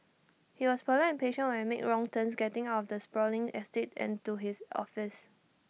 he was polite and patient when I made wrong turns getting out of the sprawling estate and to his office